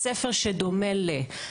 שדומה ל-,